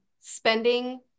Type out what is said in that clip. spending